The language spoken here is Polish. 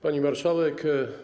Pani Marszałek!